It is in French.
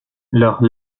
leurs